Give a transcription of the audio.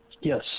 Yes